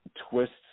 twists